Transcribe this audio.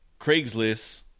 Craigslist